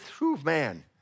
Man